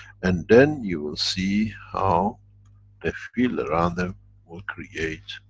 and then you will see how the field around them will create